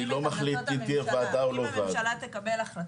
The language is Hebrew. אני לא מחליט אם תהיה ועדה או לא תהיה ועדה.